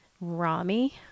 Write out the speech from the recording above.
Rami